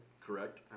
Correct